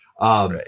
right